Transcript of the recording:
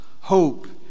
hope